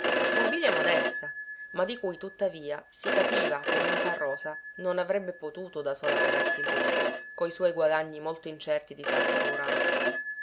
mobilia modesta ma di cui tuttavia si capiva che ninfarosa non avrebbe potuto da sola pagarsi il lusso coi suoi guadagni molto incerti di sarta rurale